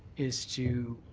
is to